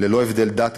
ללא הבדל דת,